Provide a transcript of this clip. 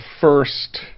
first